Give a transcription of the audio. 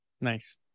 Nice